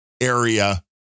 area